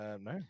no